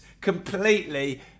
completely